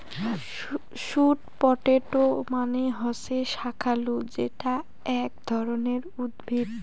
sweet potato মানে হসে শাকালু যেটা আক ধরণের উদ্ভিদ